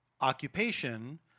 occupation